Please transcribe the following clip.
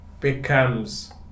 becomes